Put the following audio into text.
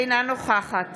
אינה נוכחת